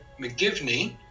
McGivney